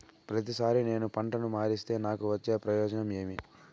ప్రతిసారి నేను పంటను మారిస్తే నాకు వచ్చే ప్రయోజనం ఏమి?